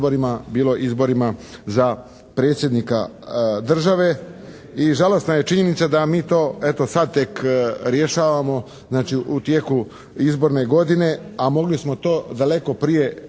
bilo izborima za predsjednika države i žalosna je činjenica da mi to eto sad tek rješavamo, znači u tijeku izborne godine, a mogli smo to daleko prije riješiti.